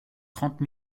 trente